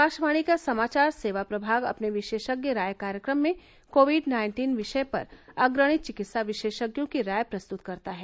आकाशवाणी का समाचार सेवा प्रमाग अपने विशेषज्ञ राय कार्यक्रम में कोविड नाइन्टीन विषय पर अग्रणी चिकित्सा विशेषज्ञों की राय प्रस्तुत करता है